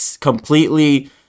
completely